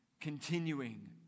continuing